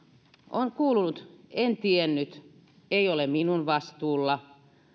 on kuulunut en tiennyt ei ole minun vastuullani